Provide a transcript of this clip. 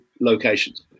locations